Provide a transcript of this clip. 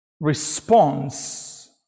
response